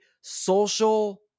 social